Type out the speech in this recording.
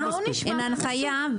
אין הנחיה,